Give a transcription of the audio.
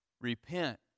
repent